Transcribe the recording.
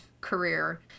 career